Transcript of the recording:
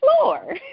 floor